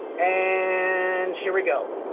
and, here we go.